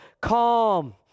calm